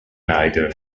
neither